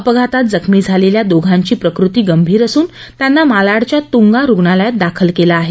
अपघातात जखमी झालेल्या दोघांची प्रकृती गंभीर असून त्यांना मालाडच्या तूंगा रुग्णालयात दाखल केलं आहे